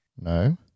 No